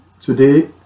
today